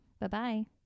Bye-bye